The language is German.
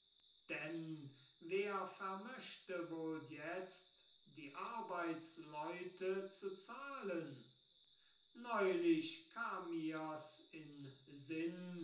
denn wer vermöchte wohl jetzt die arbeitsleute zu zahlen neulich kam mir's in sinn